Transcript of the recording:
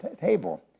table